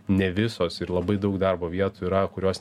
ne visos ir labai daug darbo vietų yra kurios